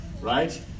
right